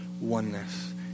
oneness